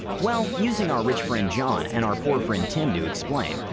well, using our rich friend john and our poor friend tim to explain,